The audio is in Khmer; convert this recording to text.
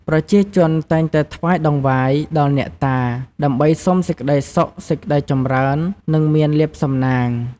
ប្រជាជនតែងតែថ្វាយតង្វាយ ដល់អ្នកតា ដើម្បីសុំសេចក្តីសុខសេចក្តីចម្រើន និងមានលាភសំណាង។